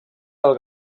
del